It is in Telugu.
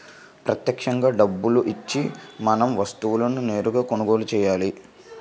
ప్రత్యక్షంగా డబ్బులు ఇచ్చి మనం వస్తువులను నేరుగా కొనుగోలు చేయాలి